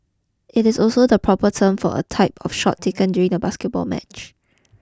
it is also the proper term for a type of shot taken during a basketball match